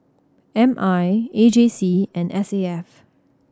M I A J C and S A F